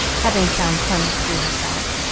having found plenty to do herself.